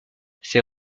ses